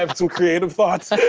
um some creative thoughts.